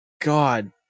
God